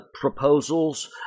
proposals